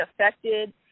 affected